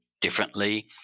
differently